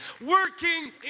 working